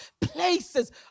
places